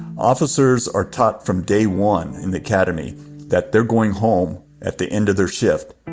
officers are taught from day one in the academy that they're going home at the end of their shift.